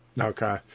Okay